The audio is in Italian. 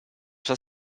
sua